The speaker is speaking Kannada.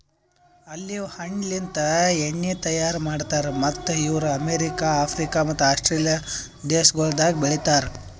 ಆಲಿವ್ ಹಣ್ಣಲಿಂತ್ ಎಣ್ಣಿ ತೈಯಾರ್ ಮಾಡ್ತಾರ್ ಮತ್ತ್ ಇವು ಅಮೆರಿಕ, ಆಫ್ರಿಕ ಮತ್ತ ಆಸ್ಟ್ರೇಲಿಯಾ ದೇಶಗೊಳ್ದಾಗ್ ಬೆಳಿತಾರ್